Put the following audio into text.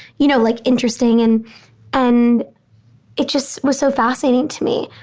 you know, like interesting. and and it just was so fascinating to me,